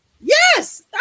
Yes